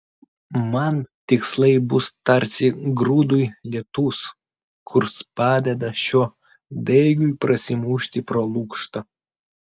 man tikslai bus tarsi grūdui lietus kurs padeda šio daigui prasimušti pro lukštą